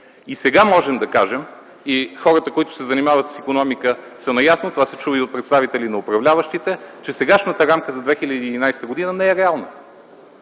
И сега можем да кажем, и хората, които се занимават с икономика, са наясно, а това се чува и от представители на управляващите, че сегашната рамка за 2011 г. не е реална.